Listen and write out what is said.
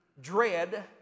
dread